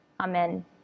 Amen